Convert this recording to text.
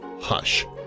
Hush